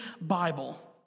Bible